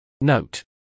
Note